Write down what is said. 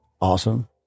awesome